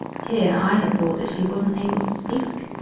here i had thought that she wasn't able to speak.